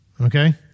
Okay